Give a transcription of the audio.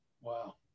Wow